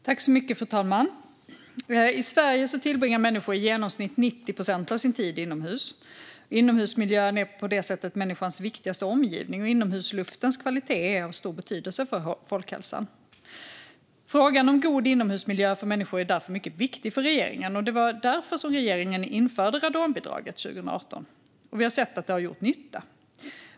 Fru talman! I Sverige tillbringar människor i genomsnitt 90 procent av sin tid inomhus. Inomhusmiljön är på det sättet människans viktigaste omgivning, och inomhusluftens kvalitet är av stor betydelse för folkhälsan. Frågan om god inomhusmiljö för människor är därför mycket viktig för regeringen. Det var därför som regeringen införde radonbidraget 2018, och vi har sett att det har gjort nytta.